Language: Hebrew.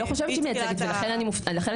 לא חושבת שהיא מייצגת ולכן אני מופתעת,